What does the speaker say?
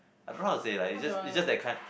I don't know how to say lah it's just it's just that kind